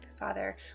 Father